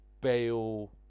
Bale